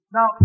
Now